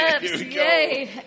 Yay